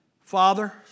Father